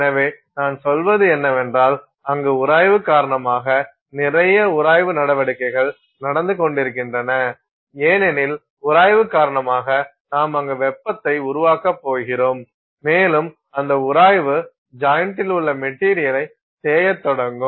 எனவே நான் சொல்வது என்னவென்றால் அங்கு உராய்வு காரணமாக நிறைய உராய்வு நடவடிக்கைகள் நடந்து கொண்டிருக்கின்றன ஏனெனில் உராய்வு காரணமாக நாம் அங்கு வெப்பத்தை உருவாக்கப் போகிறோம் மேலும் அந்த உராய்வு ஜாயிண்ட்டில் உள்ள மெட்டீரியல் தேயத் தொடங்கும்